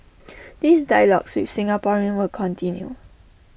these dialogues with Singaporeans will continue